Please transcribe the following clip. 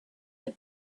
had